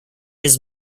his